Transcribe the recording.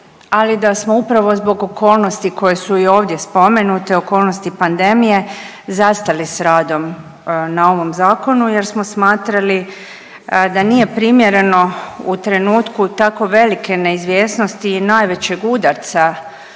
ali da smo upravo zbog okolnosti koje su i ovdje spomenute, okolnosti pandemije zastali s radom na ovom zakonu jer smo smatrali da nije primjereno u trenutku takvo velike neizvjesnosti i najvećeg udarca